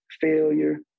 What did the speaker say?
failure